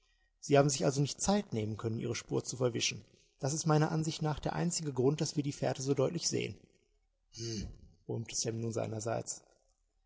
sie haben sich also nicht zeit nehmen können ihre spur zu verwischen das ist meiner ansicht nach der einzige grund daß wir die fährte so deutlich sehen hm brummte sam nun seinerseits